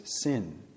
sin